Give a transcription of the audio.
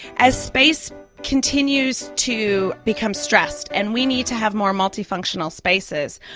as space continues to become stressed and we need to have more multifunctional spaces,